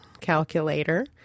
calculator